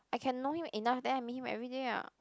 I can know him enough then I meet him everyday ah